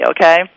okay